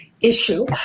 issue